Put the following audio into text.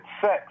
sex